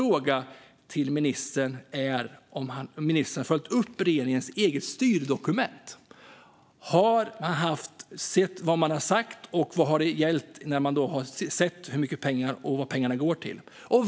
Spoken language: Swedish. Har ministern följt upp regeringens eget styrdokument? Vad har ministern att säga om vad pengarna har gått till?